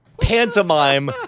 pantomime